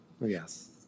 Yes